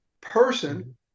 person